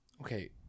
okay